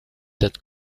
that